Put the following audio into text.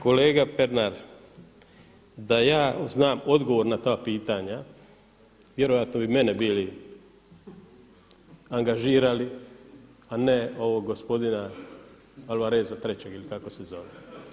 Kolega Pernar, da ja znam odgovor na ta pitanja vjerojatno bi mene bili angažirali a ne ovog gospodina Alvareza trećeg ili kako se zove.